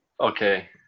okay